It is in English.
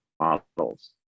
models